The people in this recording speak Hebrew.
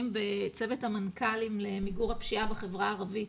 בצוות המנכ"לים למיגור הפשיעה בחברה הערבית,